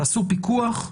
תעשו פיקוח,